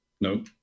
No